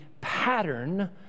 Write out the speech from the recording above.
pattern